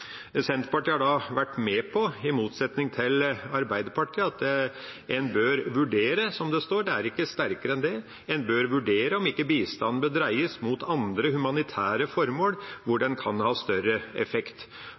Senterpartiet har – i motsetning til Arbeiderpartiet – vært med på at «det bør vurderes», som det står, det er ikke sterkere enn det – «det bør vurderes om ikke bistanden bør dreies mot andre humanitære formål hvor den kan ha større effekt».